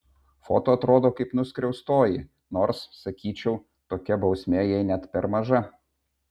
foto atrodo kaip nuskriaustoji nors sakyčiau tokia bausmė jai net per maža